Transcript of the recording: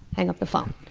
hang up the phone.